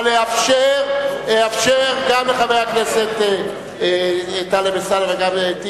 אבל אאפשר גם לחבר הכנסת טלב אלסאנע וגם לחבר